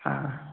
हाँ